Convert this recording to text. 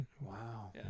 Wow